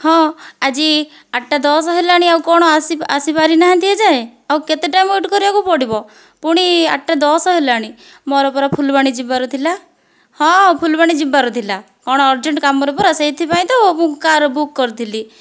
ହଁ ଆଜି ଆଠଟା ଦଶ ହେଲାଣି ଆଉ କ'ଣ ଆସିପାରି ନାହାନ୍ତି ଏ ଯାଏଁ ଆଉ କେତେ ଟାଇମ୍ ୱେଟ୍ କରିବାକୁ ପଡ଼ିବ ପୁଣି ଆଠଟା ଦଶ ହେଲାଣି ମୋର ପରା ଫୁଲବାଣୀ ଯିବାର ଥିଲା ହଁ ଫୁଲବାଣୀ ଯିବାର ଥିଲା କ'ଣ ଅର୍ଜେଣ୍ଟ କାମରେ ପରା ସେଇଥିପାଇଁ ତ ମୁଁ କାର୍ ବୁକ୍ କରିଥିଲି